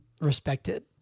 respected